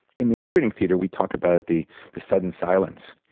in the operating theatre we talk about the the sudden silence.